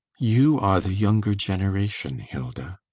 you are the younger generation, hilda.